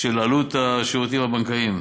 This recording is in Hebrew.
של עלות השירותים הבנקאיים,